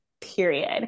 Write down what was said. period